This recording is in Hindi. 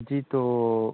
जी तो